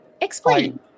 Explain